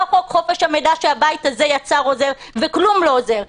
גם לא חוק חופש המידע שהבית הזה יצר וכלום לא עוזר.